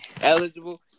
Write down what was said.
Eligible